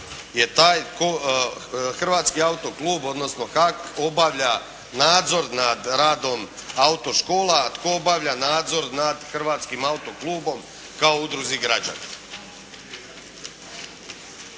Hrvatski autoklub odnosno HAK obavlja nadzor nad radom autoškola. A tko obavlja nadzor nad Hrvatskim autoklubom kao udruzi građana?